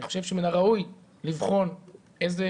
אני חושב שמן הראוי לבחון איזה